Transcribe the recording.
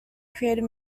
created